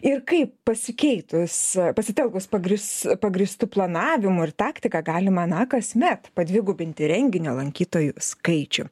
ir kaip pasikeitus pasitelkus pagrįs pagrįstu planavimu ir taktika galima na kasmet padvigubinti renginio lankytojus skaičių